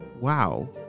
Wow